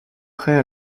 prêt